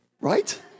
Right